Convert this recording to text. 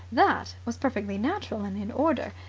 that was perfectly natural and in order.